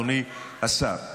אדוני השר,